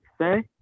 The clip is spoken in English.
say